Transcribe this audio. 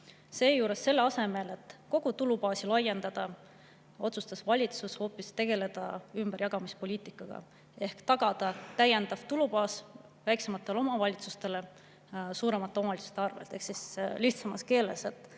Selle asemel et kogu tulubaasi laiendada, otsustas valitsus hoopis tegeleda ümberjagamispoliitikaga ehk tagada täiendav tulubaas väiksematele omavalitsustele suuremate omavalitsuste arvel. Ehk siis lihtsamas keeles: